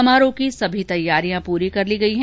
समारोह की सभी तैयारियां पूरी कर ली गई है